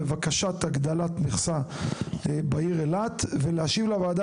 לבקשה להגדלת המכסה בעיר אילת ולהשיב לוועדה